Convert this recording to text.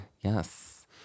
Yes